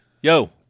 Yo